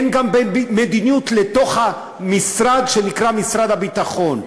אין גם מדיניות בתוך המשרד שנקרא משרד הביטחון.